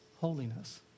holiness